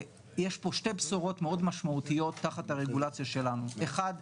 יש פה שתי בשורות מאוד משמעותיות תחת הרגולציה שלנו: אחד,